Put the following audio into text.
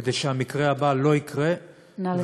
כדי שהמקרה הבא לא יקרה, נא לסיים.